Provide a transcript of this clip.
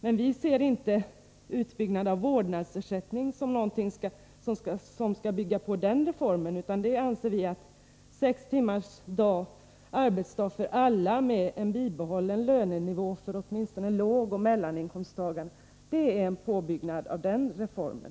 Men vi ser inte en utbyggnad av vårdnadsersättningen som något som skulle förbättra den reformen, utan vi anser att sex timmars arbetsdag för alla med bibehållen lönenivå åtminstone för lågoch mellaninkomsttagare är en påbyggnad av den reformen.